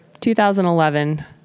2011